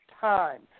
time